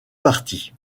parties